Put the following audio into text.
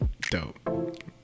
dope